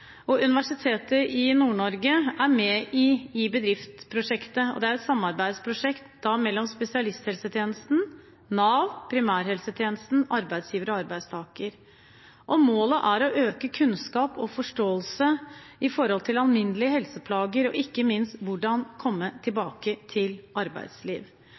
er med i iBedrift-prosjektet, og det er et samarbeidsprosjekt mellom spesialisthelsetjenesten, Nav, primærhelsetjenesten, arbeidsgiver og arbeidstaker. Målet er å øke kunnskapen om og forståelsen av alminnelige helseplager og ikke minst hvordan komme tilbake til